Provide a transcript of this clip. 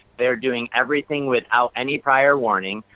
they're doing everything, without any prior warning.